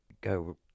go